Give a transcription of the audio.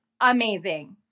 amazing